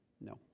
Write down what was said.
No